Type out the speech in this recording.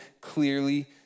clearly